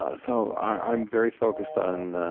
ah so i'm very focused on